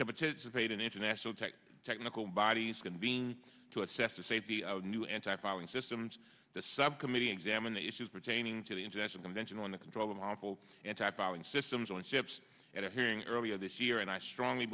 to participate in international tech technical bodies convene to assess the safety of new anti filing systems the subcommittee examine the issues pertaining to the international convention on the controlling awful anti fouling systems on ships at a hearing earlier this year and i strongly